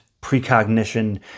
precognition